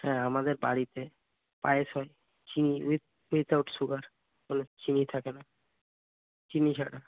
হ্যাঁ আমাদের বাড়িতে পায়েস হয় চিনি উইথ উইদাউট সুগার মানে চিনি থাকে না চিনি ছাড়া